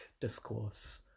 discourse